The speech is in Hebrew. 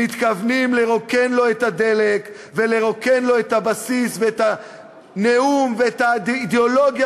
מתכוונים לרוקן לו את הדלק ולרוקן לו את הבסיס ואת הנאום ואת האידיאולוגיה